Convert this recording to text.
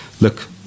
look